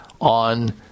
on